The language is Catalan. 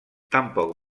tampoc